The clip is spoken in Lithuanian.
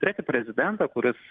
turėti prezidentą kuris